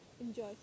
enjoy